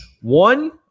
One